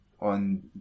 on